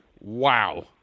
Wow